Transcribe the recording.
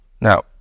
Now